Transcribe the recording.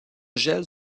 gèle